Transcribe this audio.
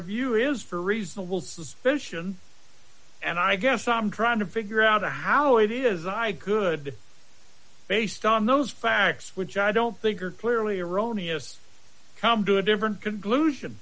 reviewer is for reasonable suspicion and i guess i'm trying to figure out how it is i good based on those facts which i don't think are clearly erroneous come to a different conclusion